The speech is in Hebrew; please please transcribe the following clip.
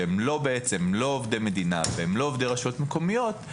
שהם לא עובדי מדינה ולא עובדי הרשויות המקומיות,